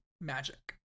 magic